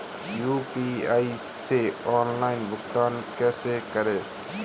UPI से online भुगतान कैसे करें?